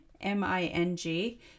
M-I-N-G